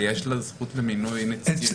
אבל יש לה זכות למינוי נציגים.